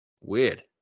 Weird